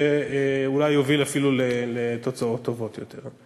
שאולי יוביל אפילו לתוצאות טובות יותר.